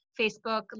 Facebook